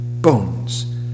bones